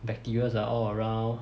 bacterias are all around